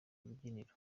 rubyiniro